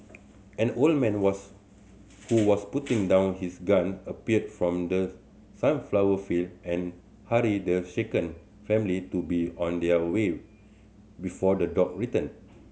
an old man was who was putting down his gun appeared from the sunflower field and hurried the shaken family to be on their way before the dog return